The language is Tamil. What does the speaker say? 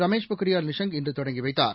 ரமேஷ் பொக்ரியால் நிஷாங் இன்று தொடங்கி வைத்தார்